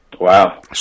Wow